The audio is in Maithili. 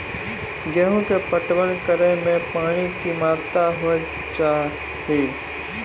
गेहूँ के पटवन करै मे पानी के कि मात्रा होय केचाही?